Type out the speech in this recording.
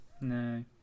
No